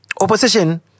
Opposition